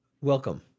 welcome